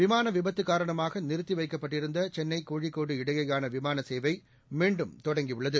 விமான விபத்து காரணமாக நிறுத்தி வைக்கப்பட்டிருந்த சென்னை கோழிக்கோடு இடையேயாள விமான சேவை மீண்டும் தொடங்கியுள்ளது